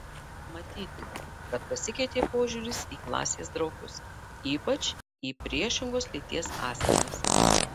matyti kad pasikeitė požiūris į klasės draugus ypač į priešingos lyties asmenis